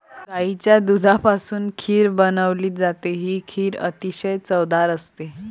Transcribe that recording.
गाईच्या दुधापासून खीर बनवली जाते, ही खीर अतिशय चवदार असते